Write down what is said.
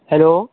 hello